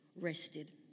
rested